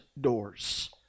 doors